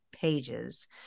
pages